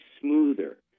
smoother